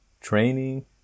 Training